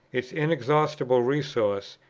its inexhaustible resources,